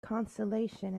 consolation